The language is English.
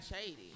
shady